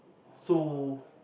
so